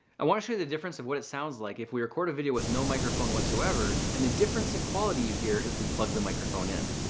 i want to show you the difference of what it sounds like if we record a video with no microphone whatsoever and the difference in quality you hear if we plug the microphone in.